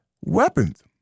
Weapons